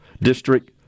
District